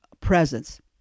presence